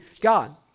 God